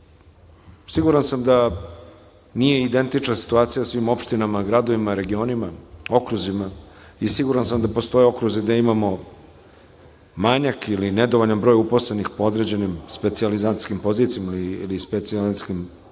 siguran sam da nije identična situacija u svim opštinama, gradovima, regionima, okruzima, i siguran sam da postoje okruzi gde imamo manjak ili nedovoljan broj uposlenih po određenim specijalizantskim pozicijama ili specijalizantskim